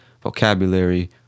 vocabulary